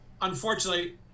Unfortunately